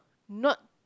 not